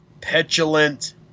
petulant